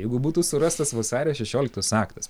jeigu būtų surastas vasario šešioliktos aktas